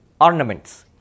ornaments